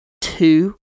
two